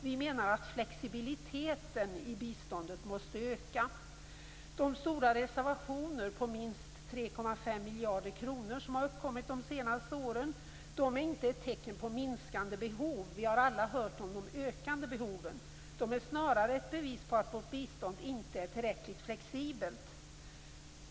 Vi menar att flexibiliteten i biståndet måste öka. De stora reservationer på minst 3,5 miljarder kronor som har uppkommit de senaste åren är inte ett tecken på minskande behov. Vi har alla hört om de ökande behoven. De är snarare ett bevis på att vårt bistånd inte är tillräckligt flexibelt.